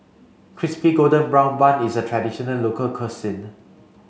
crispy golden brown bun is a traditional local